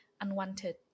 unwanted